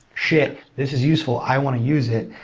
shit! this is useful. i want to use it.